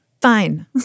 fine